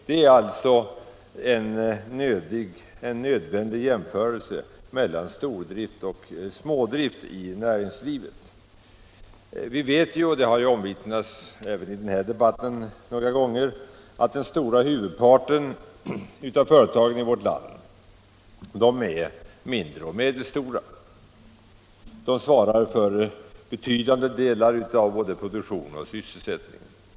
Det gäller alltså en nödvändig jämförelse mellan stordrift och smådrift inom näringslivet. Vi vet — och det har omvittnats även i den här debatten — att den stora huvudparten av företagen i vårt land är mindre och medelstora. De svarar för betydande delar av både produktion och sysselsättning.